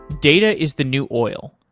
data is the new oil.